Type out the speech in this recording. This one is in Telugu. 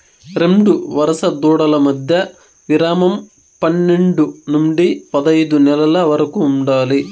రెండు వరుస దూడల మధ్య విరామం పన్నేడు నుండి పదైదు నెలల వరకు ఉండాలి